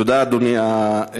תודה, אדוני השר.